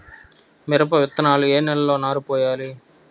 మిరప విత్తనాలు ఏ నెలలో నారు పోయాలి?